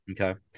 Okay